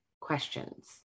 questions